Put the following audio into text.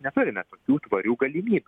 neturime tokių tvarių galimybių